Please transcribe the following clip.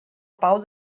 pau